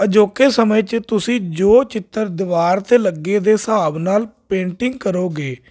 ਅਜੋਕੇ ਸਮੇਂ 'ਚ ਤੁਸੀਂ ਜੋ ਚਿੱਤਰ ਦੀਵਾਰ 'ਤੇ ਲੱਗੇ ਦੇ ਹਿਸਾਬ ਨਾਲ ਪੇਂਟਿੰਗ ਕਰੋਗੇ